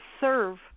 serve